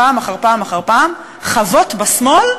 פעם אחר פעם אחר פעם: חבוט בשמאל,